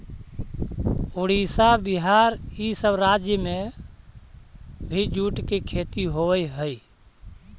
उड़ीसा, बिहार, इ सब राज्य में भी जूट के खेती होवऽ हई